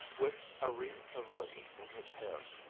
with a wreath of roses in his hair.